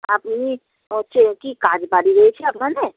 আপনি হচ্ছে কি কাজ বাড়ি রয়েছে আপনাদের